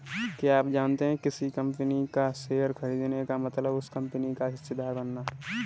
क्या आप जानते है किसी कंपनी का शेयर खरीदने का मतलब उस कंपनी का हिस्सेदार बनना?